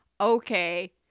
Okay